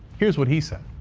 here's what he said.